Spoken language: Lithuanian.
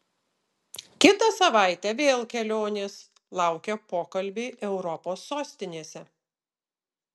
kitą savaitę vėl kelionės laukia pokalbiai europos sostinėse